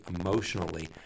emotionally